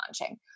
launching